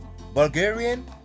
Bulgarian